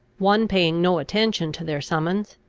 one paying no attention to their summons,